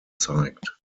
zeigt